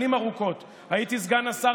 שנים ארוכות הייתי סגן השר,